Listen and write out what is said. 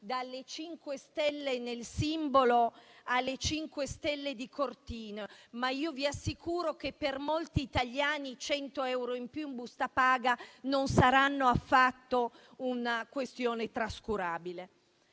dalle 5 Stelle nel simbolo alle 5 stelle di Cortina, ma io vi assicuro che per molti italiani 100 euro in più in busta paga non saranno affatto una questione trascurabile.